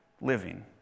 living